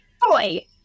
boy